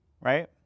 right